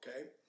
okay